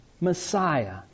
Messiah